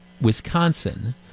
Wisconsin